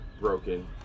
broken